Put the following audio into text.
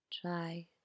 Try